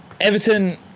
Everton